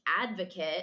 advocate